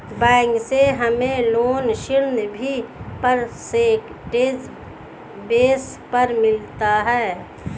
bank से हमे loan ऋण भी परसेंटेज बेस पर मिलता है